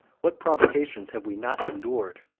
what provocations have we not endured!